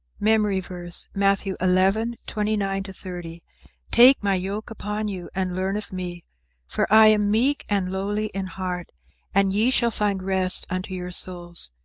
memory verse, matthew eleven twenty nine thirty take my yoke upon you, and learn of me for i am meek and lowly in heart and ye shall find rest unto your souls.